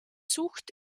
sucht